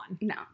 No